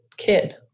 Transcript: kid